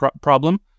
problem